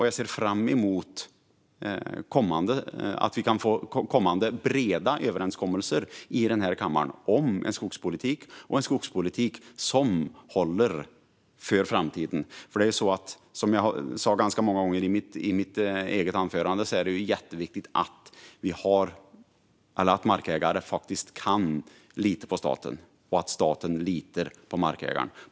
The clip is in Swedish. Jag ser fram emot kommande breda överenskommelser i den här kammaren om en skogspolitik som håller för framtiden. Som jag sa ganska många gånger i mitt huvudanförande är det jätteviktigt att markägare kan lita på staten och att staten litar på markägaren.